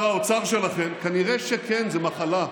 שכן, כנראה שכן, זו מחלה,